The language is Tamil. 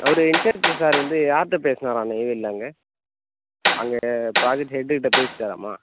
அவர் இன்சார்ஜ் சார் வந்து யார்கிட்ட பேசுனாராம் நெய்வேலியில அங்கே அங்கே பிராஜெக்ட் ஹெட்டுகிட்ட பேசிட்டாராமா